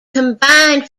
combined